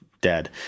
dead